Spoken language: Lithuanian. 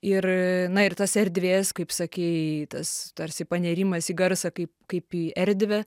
ir na ir tas erdvės kaip sakei tas tarsi panirimas į garsą kaip kaip į erdvę